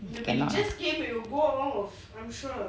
cannot